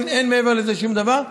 אין מעבר לזה שום דבר.